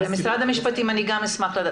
משרד המשפטים, אני אשמח לשמוע.